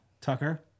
Tucker